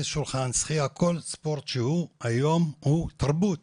שחייה או כל ספורט שהוא היום הוא תרבות,